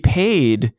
paid